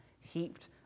heaped